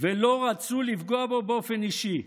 ולא רצו לפגוע בו באופן אישי,